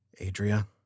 Adria